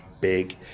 big